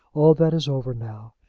all that is over now,